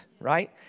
right